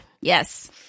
Yes